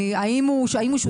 האם הוא שותף מלא?